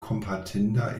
kompatinda